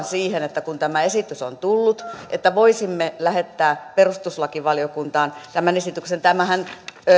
siihen että kun tämä esitys on tullut voisimme lähettää perustuslakivaliokuntaan tämän esityksen tämähän